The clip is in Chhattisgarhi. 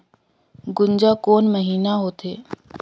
गुनजा कोन महीना होथे?